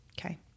okay